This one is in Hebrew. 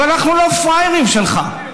אבל אנחנו לא פראיירים שלך,